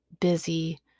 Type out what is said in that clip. busy